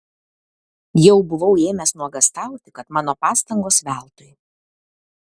jau buvau ėmęs nuogąstauti kad mano pastangos veltui